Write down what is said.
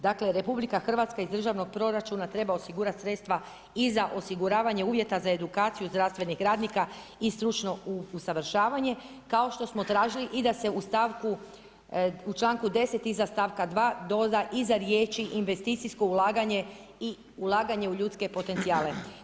Dakle RH iz državnog proračuna treba osigurat sredstva i za osiguravanje uvjeta za edukaciju zdravstvenih radnika i stručno usavršavanje, kao što smo tražili i da se u članku 10 iza stavka 2 doda iza riječi investicijsko ulaganje i ulaganje u ljudske potencijale.